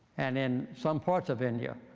and in some parts of india,